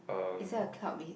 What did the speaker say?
is that a cloud be~